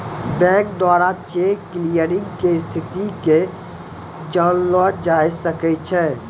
bank द्वारा check clearing के स्थिति के जानलो जाय सकै छै